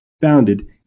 founded